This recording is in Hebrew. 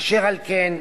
אשר על כן,